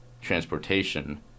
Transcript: transportation